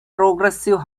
progressive